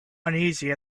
uneasy